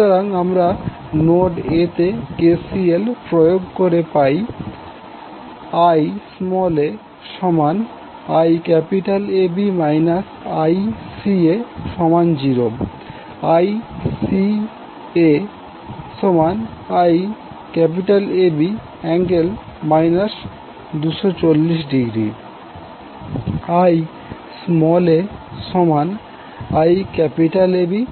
সুতরাং এখন আমরা নোড A তে KCL প্রয়োগ করে পাই IaIAB ICA0 ICAIAB∠ 240° IaIAB ICAIAB1 1∠ 240° IAB105 j0866IAB3∠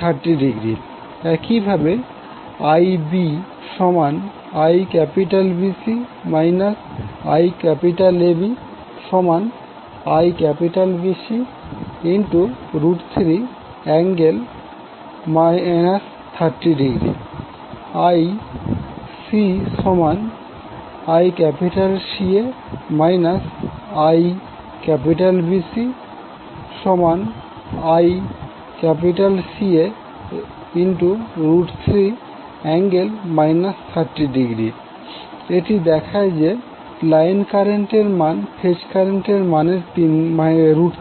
30° একইভাবে IbIBC IABIBC3∠ 30° IcICA IBCICA3∠ 30° এটি দেখায় যে লাইন কারেন্টের মান ফেজ কারেন্টের মানের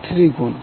3 গুন